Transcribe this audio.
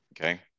okay